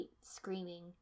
screaming